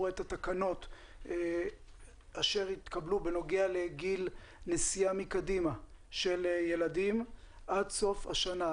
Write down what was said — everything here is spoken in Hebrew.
את התקנות אשר התקבלו בנוגע לגיל נסיעה מקדימה של ילדים עד סוף השנה,